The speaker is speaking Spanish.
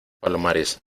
palomares